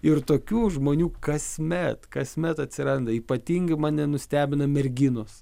ir tokių žmonių kasmet kasmet atsiranda ypatingai mane nustebina merginos